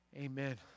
Amen